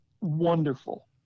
Wonderful